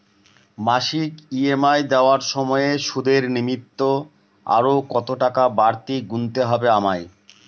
মাসিক ই.এম.আই দেওয়ার সময়ে সুদের নিমিত্ত আরো কতটাকা বাড়তি গুণতে হবে আমায়?